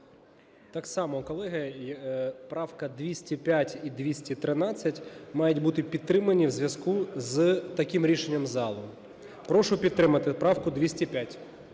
Так само, колеги, правка 205 і 213 мають бути підтримані в зв'язку з таким рішенням залу. Прошу підтримати правку 205.